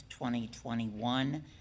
2021